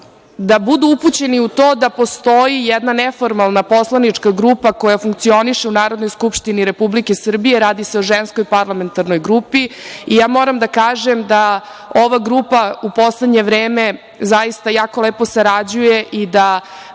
da budu upućeni u to da postoji jedna neformalna poslanička grupa koja funkcioniše u Narodnoj skupštini Republike Srbije. Radi se o ženskoj parlamentarnoj grupi i moram da kažem da ova grupa u poslednje vreme zaista jako lepo sarađuje i da